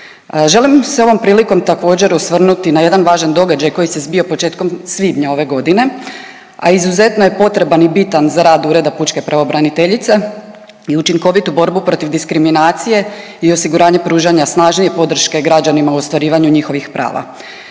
Želim se ovom prilikom također osvrnuti na jedan važan događaj koji se zbio početkom svibnja ove godine, a izuzetno je potreban i bitan za rad Ureda pučke pravobraniteljice i učinkovitu borbu protiv diskriminacije i osiguranje pružanja snažnije podrške građanima u ostvarivanju njihovih prava.